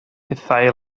hithau